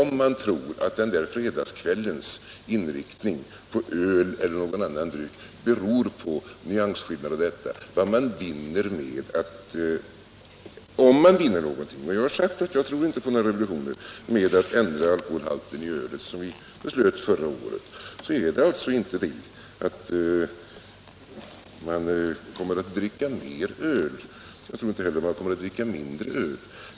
Vissa tror att den där fredagskvällens inriktning på öl eller någon annan dryck beror på nyansskillnader i smak och sådant, men jag har sagt att jag inte tror på några revolutioner genom att ändra alkoholhalten i öl, som vi beslöt förra året. Jag tror alltså inte att man kommer att dricka mer öl — och jag tror inte heller att man kommer att dricka mindre öl.